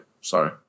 sorry